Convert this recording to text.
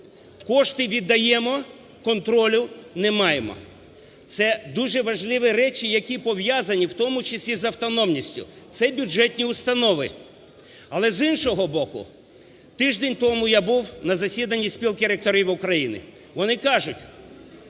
Кошти віддаємо, контролю не маємо. Це дуже важливі речі, які пов'язані, у тому числі з автономністю. Це бюджетні установи. Але, з іншого боку, тиждень тому я був на засіданні Спілки ректорів України. Вони кажуть: